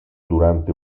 durante